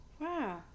wow